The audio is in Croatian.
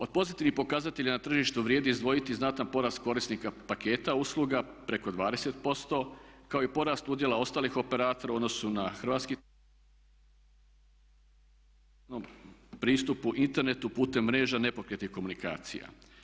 Od pozitivnih pokazatelja na tržištu vrijedi izdvojiti znatan porast korisnika paketa usluga, preko 20% kao i porast udjela ostalih operatora u odnosu na …/Govornik se udaljio od mikrofona./… pristupu internetu putem mreža nepokretnih komunikacija.